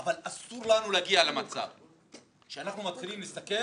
אבל אסור להגיע למצב שאנחנו מתחילים להסתכל